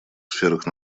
сферах